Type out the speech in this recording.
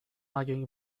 arguing